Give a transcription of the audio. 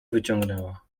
wyciągnęła